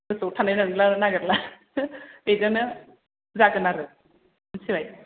सम फोरखौबो गोसोआव थालाय लांला नागिरलाय लांला बेजोंनो जागोन आरो मिथिबाय